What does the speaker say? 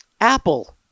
Apple